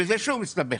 וזה שוב מסתבך.